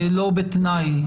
לא בתנאי.